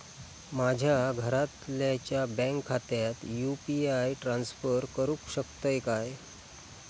माझ्या घरातल्याच्या बँक खात्यात यू.पी.आय ट्रान्स्फर करुक शकतय काय?